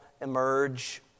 emerge